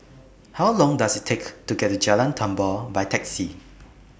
How Long Does IT Take to get to Jalan Tambur By Taxi